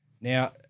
Now